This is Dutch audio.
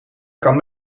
kan